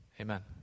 amen